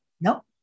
No